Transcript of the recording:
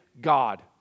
God